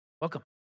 welcome